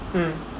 mm